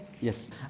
yes